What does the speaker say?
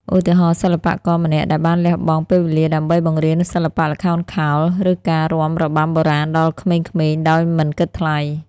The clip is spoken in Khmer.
ឧទាហរណ៍ សិល្បករម្នាក់ដែលបានលះបង់ពេលវេលាដើម្បីបង្រៀនសិល្បៈល្ខោនខោល ឬការរាំរបាំបុរាណដល់ក្មេងៗដោយមិនគិតថ្លៃ។